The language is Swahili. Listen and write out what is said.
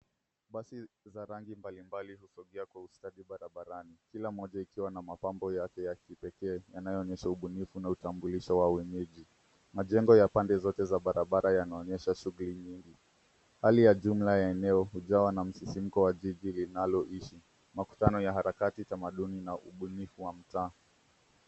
Basi za rangi mbalimbali hutokea kwa ustadi barabarani, kila mmoja ikiwa na mapambo yake ya kipekee, yanayoonyesha ubunifu na utambulisho wa uwenyeji. Majengo ya pande zote za barabara yanaonyesha shughuli nyingi. Hali ya jumla ya eneo, hujawa na msisimko wa jiji linaloishi. Makutano ya harakati za maduni na ubunifu wa mtaa.